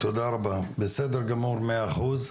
תודה רבה, בסדר גמור, מאה אחוז.